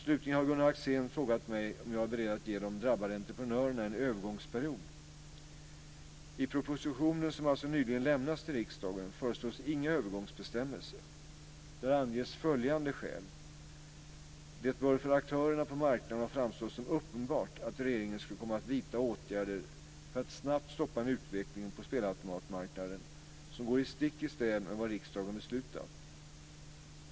Slutligen har Gunnar Axén frågat mig om jag är beredd att ge de drabbade entreprenörerna en övergångsperiod. I propositionen, som alltså nyligen lämnats till riksdagen, föreslås inga övergångsbestämmelser. Där anges följande skäl: Det bör för aktörerna på marknaden ha framstått som uppenbart att regeringen skulle komma att vidta åtgärder för att snabbt stoppa en utveckling på spelautomatmarknaden som går stick i stäv med vad riksdagen beslutat.